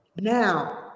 Now